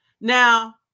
Now